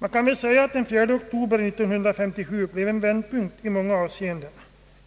Man kan väl säga att den 4 oktober 1957 blev en vändpunkt i många avseenden,